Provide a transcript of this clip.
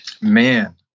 man